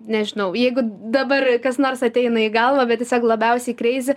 nežinau jeigu dabar kas nors ateina į galvą bet jis labiausiai kreizi